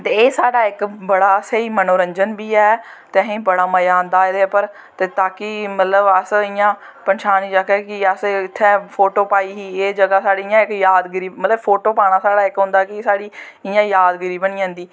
ते एह् इक साढ़ा बड़ा स्हेई मनोंरजन बी ऐ ते असें बड़ा मज़ा आंदा एह्दे उप्पर ते ताकि अस मतलव इयां पंशानी सकचै कि अस इत्थैं फोटो पाई ही एह् जगह साढ़ी इक इयां जादगिरी मतलव फोटो पाना साढ़ा इक होंदा कि साढ़ी इयां जादगिरी बनी जंदी